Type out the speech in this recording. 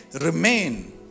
remain